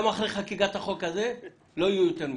גם אחרי חקיקת החוק הזה לא יהיו יותר מזה,